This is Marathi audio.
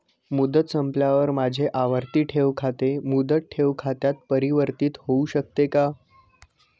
मुदत संपल्यावर माझे आवर्ती ठेव खाते मुदत ठेव खात्यात परिवर्तीत होऊ शकते का?